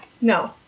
No